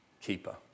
keeper